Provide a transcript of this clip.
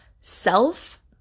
self